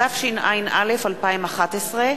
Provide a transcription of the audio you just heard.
התשע"א 2011,